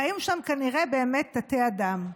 חיים שם כנראה באמת תתי-אדם.